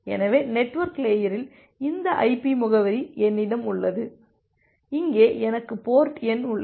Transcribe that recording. எனவே நெட்வொர்க் லேயரில் இந்த ஐபி முகவரி என்னிடம் உள்ளது இங்கே எனக்கு போர்ட் எண் உள்ளது